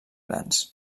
grans